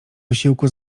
wysiłku